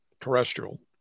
terrestrial